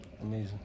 amazing